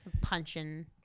Punching